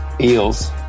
Eels